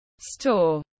store